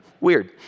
weird